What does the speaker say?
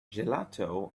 gelato